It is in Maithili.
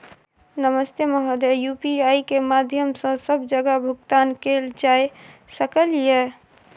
नमस्ते महोदय, यु.पी.आई के माध्यम सं सब जगह भुगतान कैल जाए सकल ये?